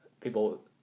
people